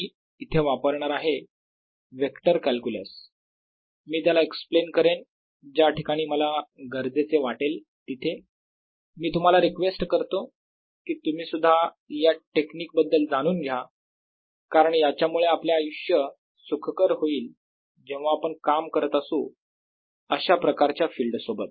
मी इथे वापरणार आहे वेक्टर कॅल्क्युलस मी त्याला एक्सप्लेन करेन ज्या ठिकाणी मला गरजेचे वाटेल तिथे मी तुम्हाला रिक्वेस्ट करतो की तुम्हीसुद्धा या टेक्निक बद्दल जाणून घ्या कारण याच्यामुळे आपले आयुष्य सुखकर होईल जेव्हा आपण काम करत असू अशा प्रकारच्या फिल्ड सोबत